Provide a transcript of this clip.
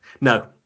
No